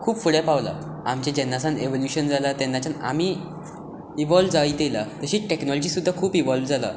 खूब फुडें पावला जेन्ना सावन एवोल्यूशन जालां तेन्नाच्यान आमी इवोल्व जायत येला तशीच टॅक्नोलाॅजी सुद्दां खूब इवोल्व जाला